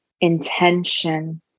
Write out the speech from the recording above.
intention